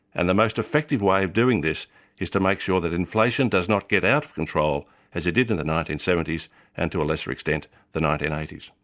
and the most effective way of doing this is to make sure that inflation does not get out of control as it did in the nineteen seventy s and to a lesser extent, the nineteen eighty s.